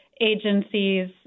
agencies